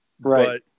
right